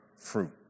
fruit